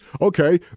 okay